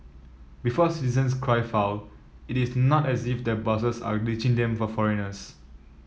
before citizens cry foul it is not as if their bosses are ditching them for foreigners